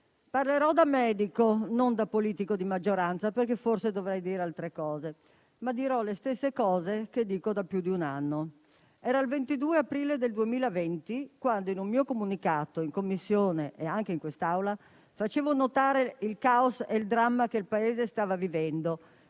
parlerò da medico e non da politico di maggioranza, perché forse dovrei dire altre cose. Dirò le stesse cose che dico da più di un anno. Era il 22 aprile 2020 quando, in un mio comunicato in Commissione e anche in quest'Aula, facevo notare il *caos* e il dramma che il Paese stava vivendo